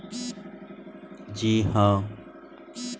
भारत में जलवायु बहुत तरेह के होखला से बहुत तरीका के माटी मिलेला